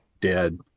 dead